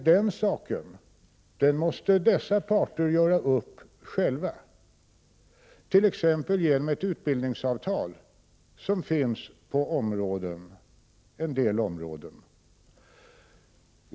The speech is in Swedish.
Den saken måste dessa parter göra upp om själva, t.ex. genom ett utbildningsavtal, som finns på en del områden.